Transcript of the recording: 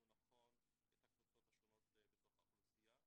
נכון את הקבוצות השונות בתוך האוכלוסייה.